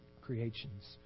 creations